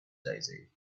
daisy